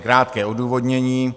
Krátké odůvodnění.